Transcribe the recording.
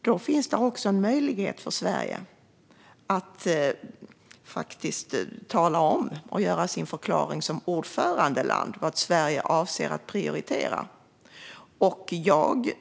Där finns då en möjlighet att som ordförandeland göra en förklaring om vad Sverige avser att prioritera.